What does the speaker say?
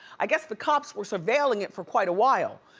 i guess the cops were surveilling it for quite a while,